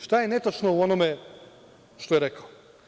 Šta je netačno u onome što je rekao?